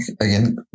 again